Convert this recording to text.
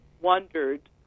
wondered